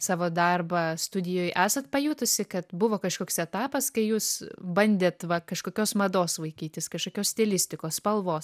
savo darbą studijoj esat pajutusi kad buvo kažkoks etapas kai jūs bandėt va kažkokios mados vaikytis kažkokios stilistikos spalvos